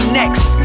next